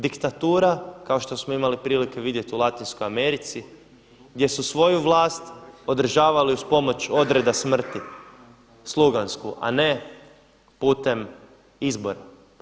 Diktatura kao što smo imali prilike vidjeti u Latinskoj Americi gdje su svoju vlast održavali uz pomoć odreda smrti, slugansku a ne putem izbora.